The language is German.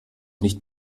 nicht